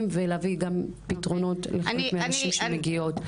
ולהביא גם פתרונות לחלק מהנשים שמגיעות.